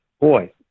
Boy